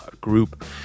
group